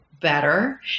Better